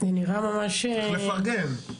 צריך לפרגן.